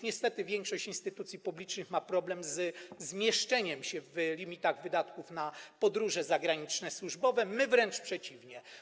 Niestety większość instytucji publicznych ma problem ze zmieszczeniem się w limitach wydatków na zagraniczne podróże służbowe, my wręcz przeciwnie.